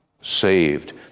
saved